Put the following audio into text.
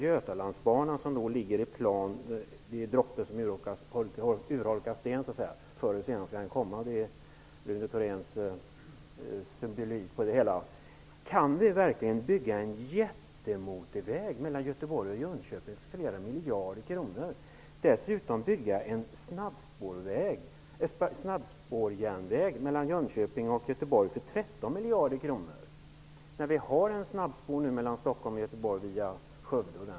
Götalandsbanan som är droppen som urholkar stenen så att säga skall förr eller senare byggas. Detta är Rune Thoréns symbolik över det hela. Kan vi verkligen bygga en jättemotorväg mellan Göteborg och Jönköping för flera miljarder kronor? Kan vi dessutom bygga en snabbspårsjärnväg mellan Jönköping och Göteborg för 13 miljarder kronor, när vi nu har ett snabbspår mellan Stockholm och Göteborg via Skövde?